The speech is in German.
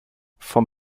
vom